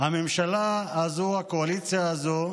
הממשלה הזו, הקואליציה הזו,